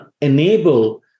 enable